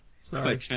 Sorry